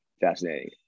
fascinating